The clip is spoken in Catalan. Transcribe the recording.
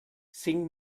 cinc